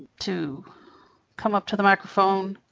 to come up to the microphone.